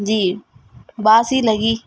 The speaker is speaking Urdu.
جی باسی لگی